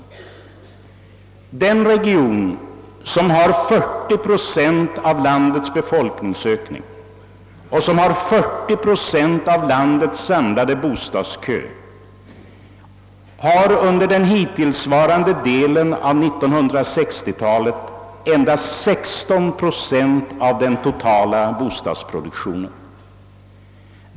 Den region, som har 40 procent av landets befolkningsökning och som har 40 procent av landets samlade bostadskö, har under den hittillsvarande delen av 1960-talet fått endast 16 procent av den totala bostadsproduktionen.